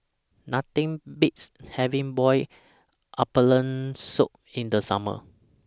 Nothing Beats having boiled abalone Soup in The Summer